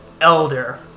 elder